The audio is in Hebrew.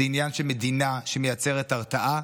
זה עניין של מדינה שמייצרת הרתעה,